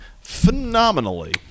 phenomenally